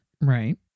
Right